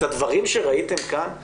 את הדברים שראיתם כאן,